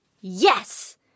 Yes